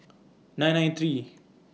nine nine three